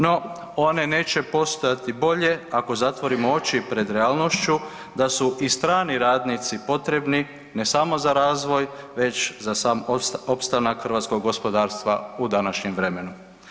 No, one neće postojati boje ako zatvorimo oči pred realnošću da su i strani radnici potrebni ne samo za razvoj već za sam opstanak hrvatskog gospodarstva u današnjem vremenu.